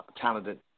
talented